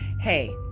hey